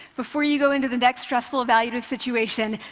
before you go into the next stressful evaluative situation,